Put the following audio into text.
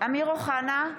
אמיר אוחנה,